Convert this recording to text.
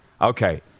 Okay